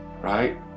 right